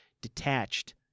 detached